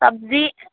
سبزی